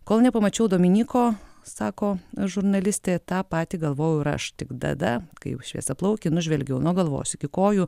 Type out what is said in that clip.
kol nepamačiau dominyko sako žurnalistė tą patį galvojau ir aš tik tada kai jau šviesiaplaukį nužvelgiau nuo galvos iki kojų